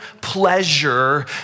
pleasure